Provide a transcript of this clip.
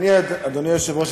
אדוני היושב-ראש,